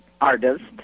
artist